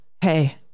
Hey